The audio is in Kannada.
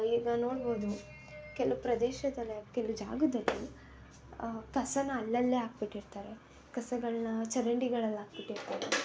ಈಗ ನೋಡ್ಬೋದು ಕೆಲವು ಪ್ರದೇಶದ ವ್ಯಾಪ್ತಿಯಲ್ಲಿ ಜಾಗದಲ್ಲಿ ಕಸನ ಅಲ್ಲಲ್ಲೇ ಹಾಕ್ಬಿಟ್ಟಿರ್ತಾರೆ ಕಸಗಳನ್ನ ಚರಂಡಿಗಳಲ್ಲಿ ಹಾಕ್ಬಿಟ್ಟಿರ್ತಾರೆ